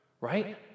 right